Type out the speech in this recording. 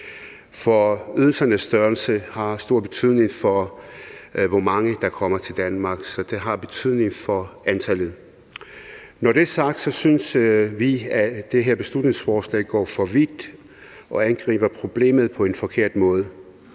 for ydelsernes størrelse har stor betydning for, hvor mange der kommer til Danmark, så det har betydning for antallet. Når det er sagt, synes vi, at det her beslutningsforslag går for vidt og angriber problemet på en forkert måde.